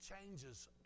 changes